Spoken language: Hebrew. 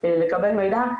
לקבל מידע,